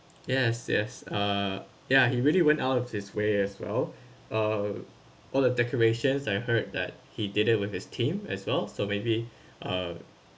yes yes uh yeah he really went out of his way as well uh all the decorations I heard that he did it with his team as well so maybe uh